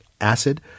acid